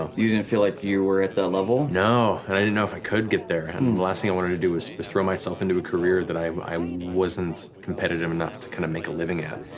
ah you didn't feel like you were at that level? no, and i didn't know if i could get there, and the last thing i wanted to do was so but throw myself into a career that i i wasn't competitive enough to kind of make a living at.